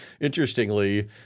interestingly